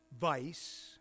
vice